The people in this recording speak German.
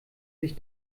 sich